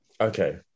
okay